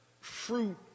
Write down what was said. fruit